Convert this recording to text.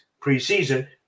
preseason